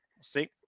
see